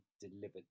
delivered